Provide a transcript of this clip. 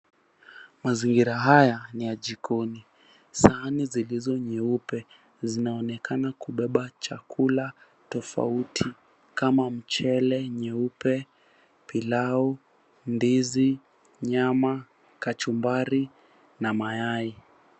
Mazingira haya ni ya jikoni. Sahani zilizo nyeupe zinaonekana kubeba chakula tofauti kama mchele nyeupe, pilau, ndizi, nyama, kachumbari, na mayai.